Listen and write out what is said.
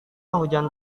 hujan